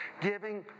giving